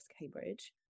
Cambridge